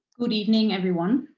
good evening everyone,